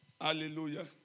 Hallelujah